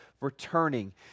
returning